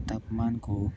तापमान को